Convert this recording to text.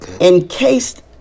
encased